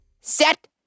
set